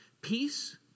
Peace